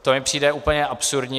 To mi přijde úplně absurdní.